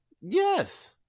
Yes